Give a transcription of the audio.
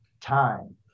time